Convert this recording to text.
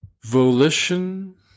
Volition